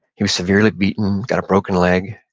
he was severely beaten, got a broken leg,